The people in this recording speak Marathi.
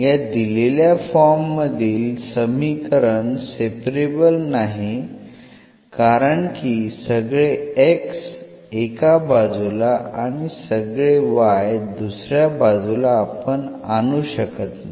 या दिलेल्या फॉर्म मधील समीकरण सेपरेबल नाही कारण की सगळे x एका बाजूला आणि सगळे y दुसऱ्या बाजूला आपण आणू शकत नाही